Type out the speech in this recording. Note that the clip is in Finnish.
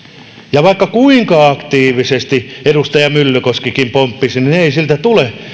ja vaikka kuinka aktiivisesti edustaja myllykoskikin pomppisi niin ei sieltä tule